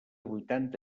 vuitanta